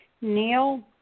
Neil